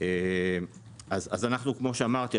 כמו שאמרתי,